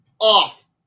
off